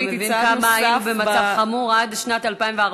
אתה מבין עד כמה היינו במצב חמור עד שנת 2014?